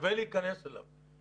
שווה להיכנס אליו.